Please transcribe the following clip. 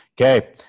Okay